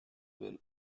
were